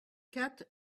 quatre